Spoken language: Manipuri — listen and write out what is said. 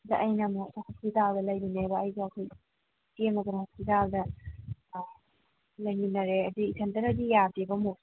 ꯑꯗ ꯑꯩꯅ ꯑꯃꯨꯛ ꯍꯣꯁꯄꯤꯇꯥꯜꯗ ꯂꯩꯔꯤꯅꯦꯕ ꯑꯩꯗꯣ ꯑꯩꯈꯣꯏ ꯏꯆꯦ ꯑꯃꯒ ꯍꯣꯁꯄꯤꯇꯥꯜꯗ ꯑꯥ ꯂꯩꯃꯤꯟꯅꯔꯦ ꯑꯗꯒꯤ ꯏꯊꯟꯇꯅꯗꯤ ꯌꯥꯗꯦꯕ ꯑꯃꯨꯛ